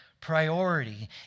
priority